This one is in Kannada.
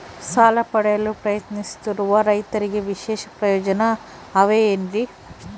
ಸಾಲ ಪಡೆಯಲು ಪ್ರಯತ್ನಿಸುತ್ತಿರುವ ರೈತರಿಗೆ ವಿಶೇಷ ಪ್ರಯೋಜನ ಅವ ಏನ್ರಿ?